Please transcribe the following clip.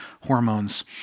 hormones